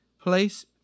Place